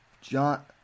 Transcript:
John